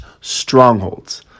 strongholds